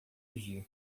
energia